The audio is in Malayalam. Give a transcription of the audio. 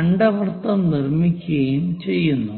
അണ്ഡവൃത്തം നിർമ്മിക്കുകയും ചെയ്യുന്നു